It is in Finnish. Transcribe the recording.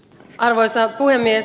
arvoisa puhemies